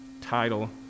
title